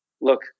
look